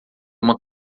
uma